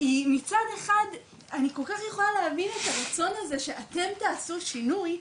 היא מצד אחד אני כל כך יכולה להבין את הרצון הזה שאתם תעשו שינוי,